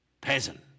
peasant